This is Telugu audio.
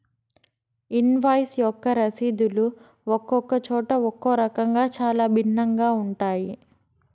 ఇన్వాయిస్ యొక్క రసీదులు ఒక్కొక్క చోట ఒక్కో రకంగా చాలా భిన్నంగా ఉంటాయి